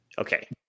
Okay